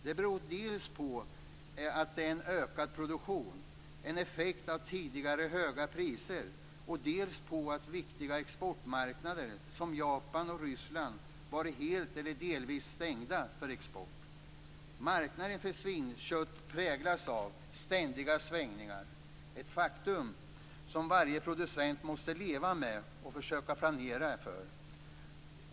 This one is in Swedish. Denna beror dels på en ökad produktion, en effekt av tidigare höga priser, dels på att viktiga exportmarknader som Japan och Ryssland varit helt eller delvis stängda för export. Marknaden för svinkött präglas av ständiga svängningar, ett faktum som varje producent måste leva med och försöka planera för.